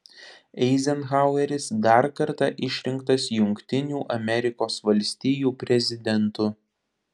eizenhaueris dar kartą išrinktas jungtinių amerikos valstijų prezidentu